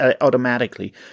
automatically